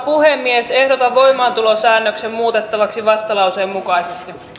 puhemies ehdotan voimaantulosäännöksen muutettavaksi vastalauseen mukaisesti